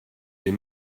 les